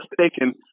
mistaken